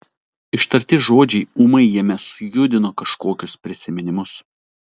ištarti žodžiai ūmai jame sujudino kažkokius prisiminimus